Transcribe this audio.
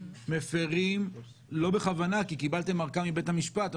מפרים לא בכוונה כי קיבלתם ארכה מבית המשפט,